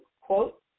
quote